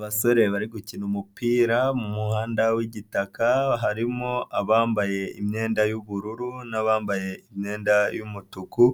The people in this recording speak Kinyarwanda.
Abasore bari gukina umupira mu muhanda w'igitaka harimo abambaye imyenda yubururu n'abambaye imyenda y'umutuku,